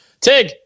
Tig